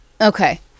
Okay